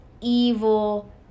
evil